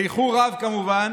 באיחור רב, כמובן,